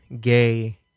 gay